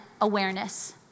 awareness